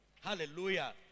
Hallelujah